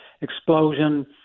explosion